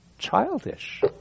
childish